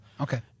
okay